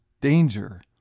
danger